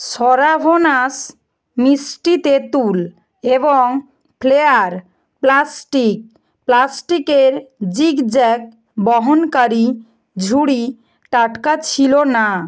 Savonius মিষ্টি তেঁতুল এবং ফ্লেয়ার প্লাস্টিক প্লাস্টিকের জিগজ্যাগ বহনকারী ঝুড়ি টাটকা ছিল না